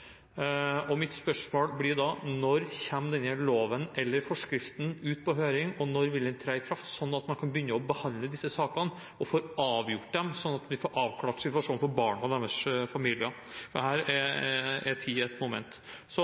høring, og når vil den tre i kraft, slik at man kan begynne å behandle disse sakene og får avgjort dem, slik at vi får avklart situasjonen for barna og deres familie? Her er tid et moment.